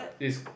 is